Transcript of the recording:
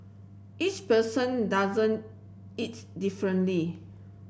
each person doesn't it differently